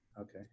Okay